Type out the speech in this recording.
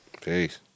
Peace